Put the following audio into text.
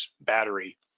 battery